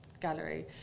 gallery